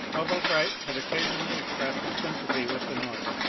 although bright had occasionally expressed his sym pathy with the north,